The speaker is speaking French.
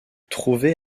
trouvé